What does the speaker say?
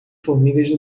formigas